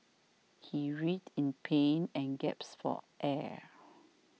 he writhed in pain and gasped for air